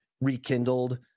rekindled